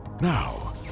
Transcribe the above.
Now